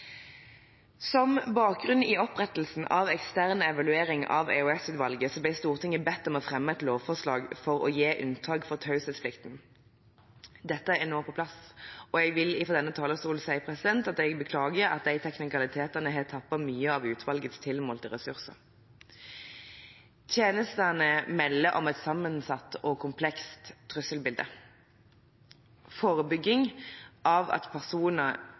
Med bakgrunn i opprettelsen av ekstern evaluering av EOS-utvalget ble Stortinget bedt om å fremme et lovforslag for å gi unntak for taushetsplikten. Dette er nå på plass, og jeg vil fra denne talerstolen si at jeg beklager at de teknikalitetene har tappet mye av utvalgets tilmålte ressurser. Tjenestene melder om et sammensatt og komplekst trusselbilde. Forebygging av at personer